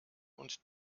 und